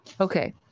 okay